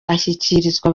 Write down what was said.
ashyikirizwa